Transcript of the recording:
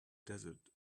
desert